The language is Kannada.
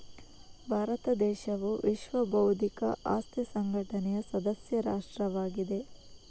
ಭಾರತ ದೇಶವು ವಿಶ್ವ ಬೌದ್ಧಿಕ ಆಸ್ತಿ ಸಂಘಟನೆಯ ಸದಸ್ಯ ರಾಷ್ಟ್ರವಾಗಿದೆ